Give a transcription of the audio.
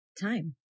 time